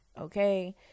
Okay